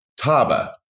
Taba